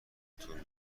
طول